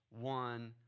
one